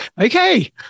okay